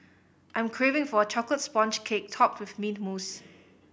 I am craving for a chocolate sponge cake topped with mint mousse